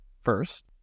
First